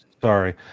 sorry